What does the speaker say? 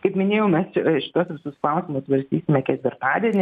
kaip minėjau mes šituos visus klausimus svarstysime ketvirtadienį